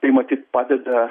tai matyt padeda